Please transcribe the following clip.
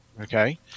okay